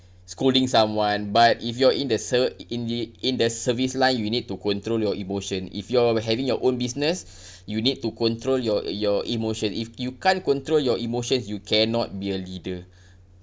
scolding someone but if you're in the ser~ in the in the service line you need to control your emotion if you're having your own business you need to control your your emotion if you can't control your emotions you cannot be a leader